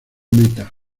meta